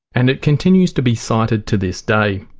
and it continues to be cited to this day.